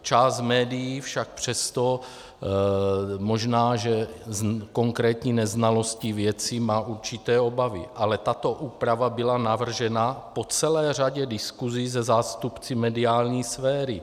Část médií však přesto, možná že z konkrétní neznalosti věci, má určité obavy, ale tato úprava byla navržena po celé řadě diskusí se zástupci mediální sféry.